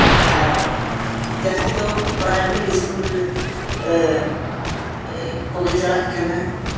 ᱟᱨ ᱡᱟᱹᱥᱛᱤ ᱫᱚ private school ᱠᱚᱜᱮ ᱪᱟᱞᱟᱜ ᱠᱟᱱᱟ